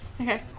Okay